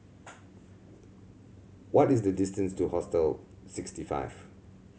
what is the distance to Hostel Sixty Five